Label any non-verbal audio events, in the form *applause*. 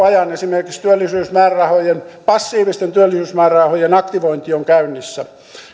*unintelligible* ajan esimerkiksi työllisyysmäärärahojen passiivisten työllisyysmäärärahojen aktivointi on käynnissä